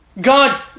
God